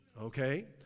okay